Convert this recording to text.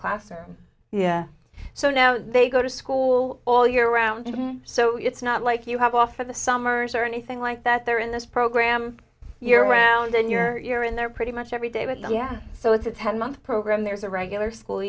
classroom so now they go to school all year round so it's not like you have off for the summers or anything like that they're in this program year round and your year in there pretty much every day but yeah so it's a ten month program there's a regular school